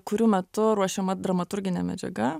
kurių metu ruošiama dramaturginė medžiaga